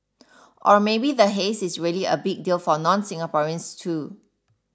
or maybe the haze is really a big deal for nonSingaporeans too